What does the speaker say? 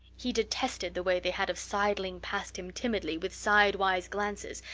he detested the way they had of sidling past him timidly, with sidewise glances,